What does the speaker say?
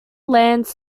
lance